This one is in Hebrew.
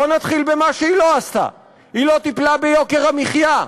בואו נתחיל במה שהיא לא עשתה: היא לא טיפלה ביוקר המחיה,